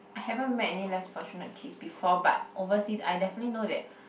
I haven't met any less fortunate kids before but overseas I definitely know that